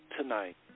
Tonight